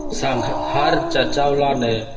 ᱥᱟᱸᱜᱷᱟᱨ ᱪᱟᱪᱟᱣᱞᱟ ᱨᱮ